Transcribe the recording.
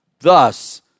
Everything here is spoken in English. Thus